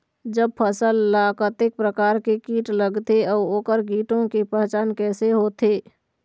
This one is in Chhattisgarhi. जब फसल ला कतेक प्रकार के कीट लगथे अऊ ओकर कीटों के पहचान कैसे होथे?